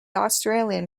australian